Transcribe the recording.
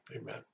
amen